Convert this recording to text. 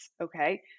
okay